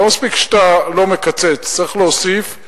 לא מספיק שאתה לא מקצץ, צריך להוסיף,